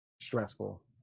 stressful